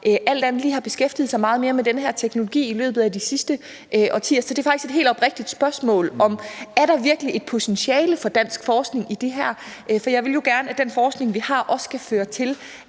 alt andet lige har beskæftiget sig meget mere med den her teknologi i løbet af de sidste årtier? Så det er faktisk et helt oprigtigt spørgsmål om, om der virkelig er et potentiale for dansk forskning i det her, for jeg vil jo gerne, at den forskning, vi har, også kan føre til,